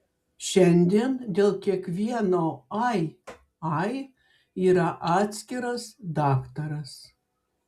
šiandien dėl kiekvieno ai ai yra atskiras daktaras